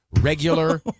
regular